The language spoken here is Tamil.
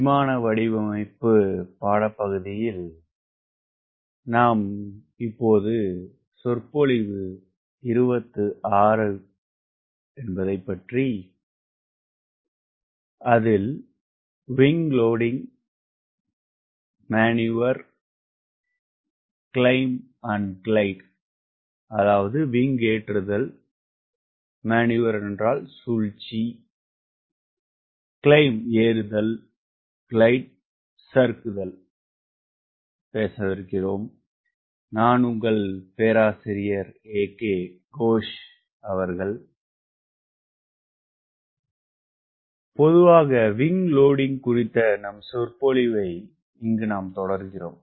விங் லோடிங் குறித்த நாம் சொற்பொழிவைத் தொடர்கிறோம்